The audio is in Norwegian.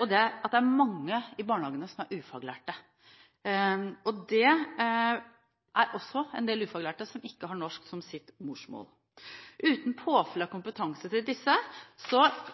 og det er at det er mange i barnehagene som er ufaglærte. Det er også en del ufaglærte som ikke har norsk som sitt morsmål. Uten